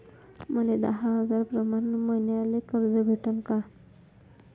मले दहा हजार प्रमाण मईन्याले कर्ज भेटन का?